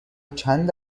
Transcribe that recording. چند